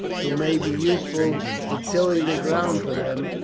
who may be useful for tilling the ground for them,